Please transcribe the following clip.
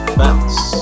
bounce